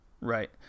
Right